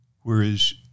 Whereas